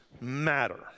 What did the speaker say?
matter